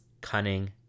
cunning